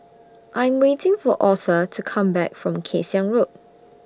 I'm waiting For Authur to Come Back from Kay Siang Road